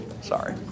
Sorry